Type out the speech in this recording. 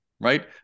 right